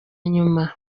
nyuma